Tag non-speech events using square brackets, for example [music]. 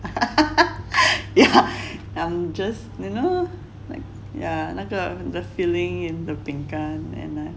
[laughs] yeah I am just you know 那个 the filling in the 饼干